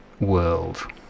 world